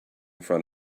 front